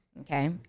Okay